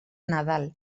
nadal